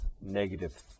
negative